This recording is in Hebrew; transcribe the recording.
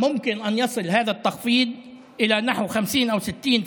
ההפחתה יכולה להגיע לשיעור של 50% 60%,